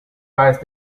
rise